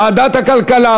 לוועדת הכלכלה.